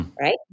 Right